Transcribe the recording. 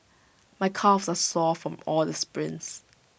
my calves are sore from all the sprints